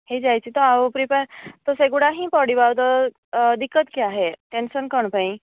ହୋଇଯାଇଛି ତ ଆଉ ପ୍ରିପାର ତ ସେଗୁଡ଼ାକ ହିଁ ପଡ଼ିବ ଆଉ ତ ଦିକ୍କତ କ୍ୟା ହେ ଟେନସନ କ'ଣ ପାଇଁ